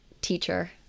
teacher